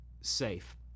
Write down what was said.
safe